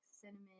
cinnamon